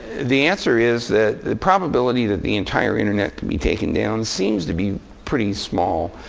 the answer is that the probability that the entire internet could be taken down seems to be pretty small.